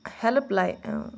help لاے اۭں